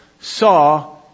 saw